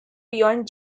beyond